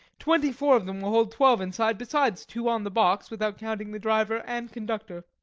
twenty-four of them will hold twelve inside, besides two on the box, without counting the driver and conductor.